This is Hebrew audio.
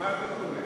מה זה "וכו'"?